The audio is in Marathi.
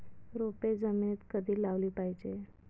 रोपे जमिनीत कधी लावली पाहिजे?